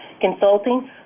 consulting